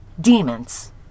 demons